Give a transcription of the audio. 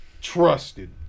trusted